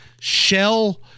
shell